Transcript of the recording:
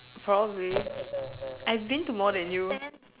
probably I've been to more than you